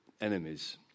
enemies